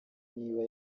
niba